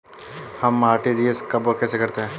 हम आर.टी.जी.एस कब और कैसे करते हैं?